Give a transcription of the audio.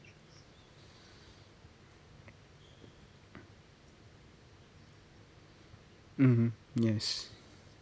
mmhmm yes